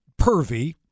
pervy